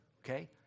Okay